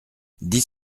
dix